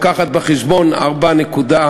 הזה של החוק,